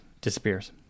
disappears